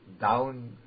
down